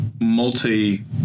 multi